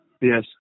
Yes